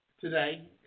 today